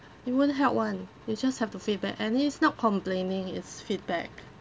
it won't help [one] you just have to feedback and it's not complaining it's feedback